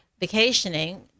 vacationing